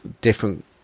different